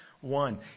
one